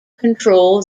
control